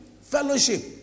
Fellowship